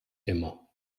immer